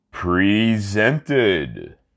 Presented